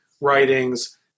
writings